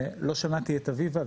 לא שמעתי את אביבה,